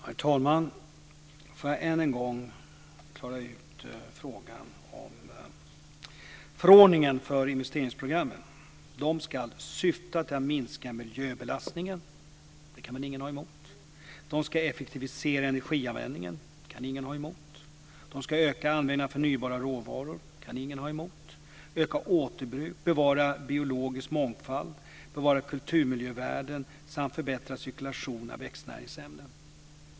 Herr talman! Får jag än en gång klara ut frågan om förordningen för investeringsprogrammen. De ska syfta till att minska miljöbelastningen. Det kan ingen ha något emot. De ska effektivisera energianvändningen. Det kan ingen ha något emot. De ska öka användningen av förnybara råvaror. Det kan ingen ha något emot. De ska öka återbruk, bevara biologisk mångfald, bevara kulturmiljövärden samt förbättra cirkulation av växtnäringsämnen.